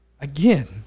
again